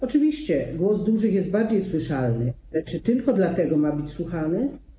Oczywiście głos dużych jest bardziej słyszalny, ale czy tylko dlatego ma być słuchany?